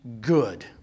good